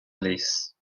release